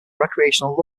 recreational